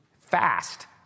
fast